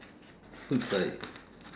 food fight